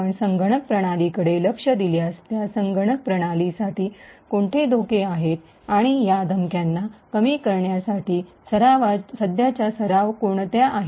आपण संगणक प्रणालीकडे लक्ष दिल्यास त्या संगणक प्रणाली साठी कोणते धोके आहेत आणि या धमक्यांना कमी करण्यासाठी सध्याच्या सराव कोणत्या आहेत